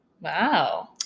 Wow